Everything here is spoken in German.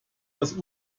das